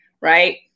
right